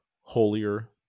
Holier